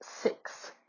six